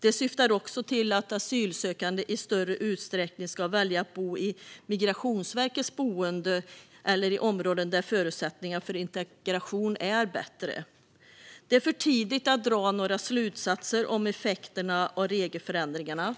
De syftar också till att asylsökande i större utsträckning ska välja att bo i Migrationsverkets boenden eller i områden där förutsättningarna för integration är bättre. Det är för tidigt att dra några slutsatser om effekterna av regelförändringarna.